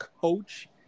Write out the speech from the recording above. coach